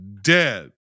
dead